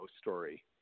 story